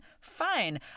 fine